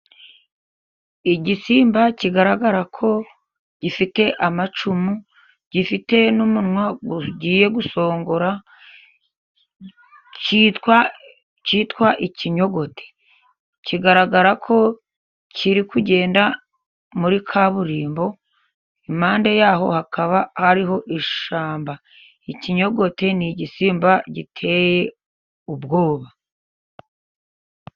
Igisimba kigaragara ko gifite amacumu ,gifite n'umunwa usongoye cyitwa ikinyogote, kigaragara ko kiri kugenda muri kaburimbo, impande yaho hakaba hariho ishyamba, ikinyogote ni igisimba giteye ubwoba.